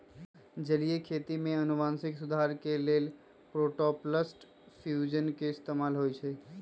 जलीय खेती में अनुवांशिक सुधार के लेल प्रोटॉपलस्ट फ्यूजन के इस्तेमाल होई छई